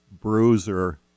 bruiser